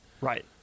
Right